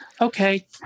okay